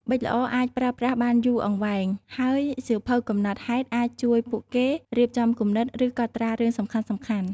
ប៊ិចល្អអាចប្រើប្រាស់បានយូរអង្វែង ហើយសៀវភៅកំណត់ហេតុអាចជួយពួកគេរៀបចំគំនិត ឬកត់ត្រារឿងសំខាន់ៗ។